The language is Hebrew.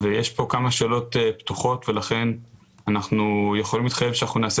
יש פה כמה שאלות פתוחות ולכן אנחנו יכולים להתחייב שאנחנו נעשה